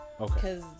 Okay